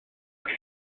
chi